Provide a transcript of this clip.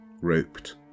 roped